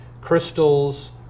Crystals